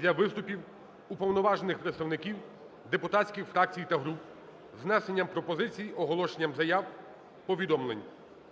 для виступів уповноважених представників депутатських фракцій та груп з внесенням пропозицій, оголошенням заяв, повідомлень.